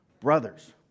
brothers